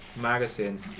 magazine